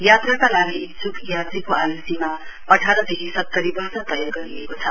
यात्राका लागि इच्छ्क यात्रीको आय्सीमा अठार देखि सत्तरी वर्ष तय गरिएको छ